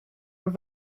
were